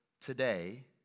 today